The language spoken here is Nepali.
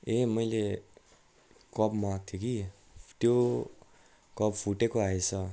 ए मैले कप मगाएको थिएँ कि त्यो कप फुटेको आएछ